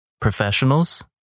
professionals